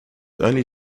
only